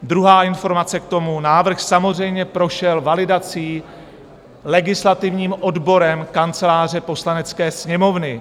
Druhá informace k tomu: návrh samozřejmě prošel validací, legislativním odborem Kanceláře Poslanecké sněmovny.